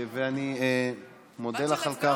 ואני מודה לך על כך.